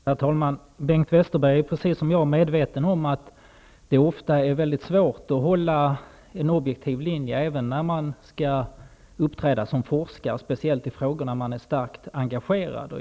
Herr talman! Bengt Westerberg är precis som jag medveten om att det ofta är mycket svårt att hålla en objektiv linje, även när man skall uppträda som forskare och speciellt i frågor där man är starkt engagerad.